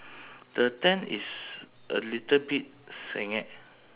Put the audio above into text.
what about the golf guy uh he's wearing a black cap